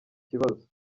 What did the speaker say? kibazo